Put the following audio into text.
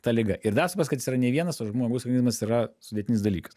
ta liga ir dar suprast kad jis yra ne vienas o žmogaus gyvenimas yra sudėtinis dalykas